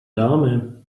dáme